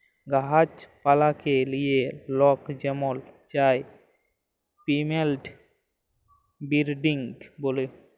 গাহাছ পালাকে লিয়ে লক যেমল চায় পিলেন্ট বিরডিং ক্যরে